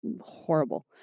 horrible